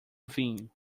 vinho